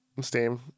Steam